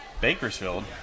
Bakersfield